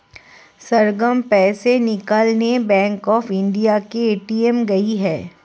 सरगम पैसे निकालने bank of India के ए.टी.एम गई है